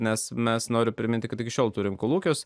nes mes noriu priminti kad iki šiol turime kolūkius